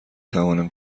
توانم